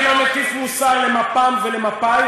אני לא מטיף מוסר למפ"ם ולמפא"י,